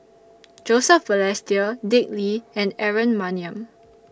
Joseph Balestier Dick Lee and Aaron Maniam